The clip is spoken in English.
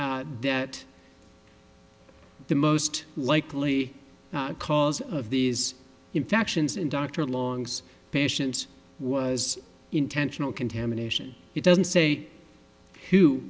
that the most likely cause of these infections in dr long's patients was intentional contamination it doesn't say who